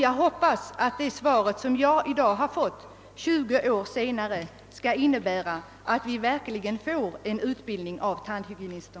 Jag hoppas därför att det svar jag i dag, 20 år senare, erhållit skall innebära, att vi verkligen får en utbildning av tandhygienister.